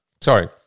sorry